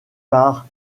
par